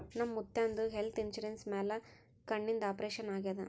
ನಮ್ ಮುತ್ಯಾಂದ್ health insurance ಮ್ಯಾಲ ಕಣ್ಣಿಂದ್ ಆಪರೇಷನ್ ಆಗ್ಯಾದ್